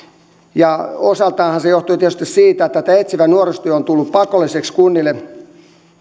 osaltaanhan se johtuu tietysti siitä että tämä etsivä nuorisotyö on tullut pakolliseksi kunnille